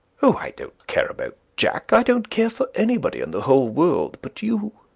oh, i don't care about jack. i don't care for anybody in the whole world but you.